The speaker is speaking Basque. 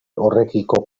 horrekiko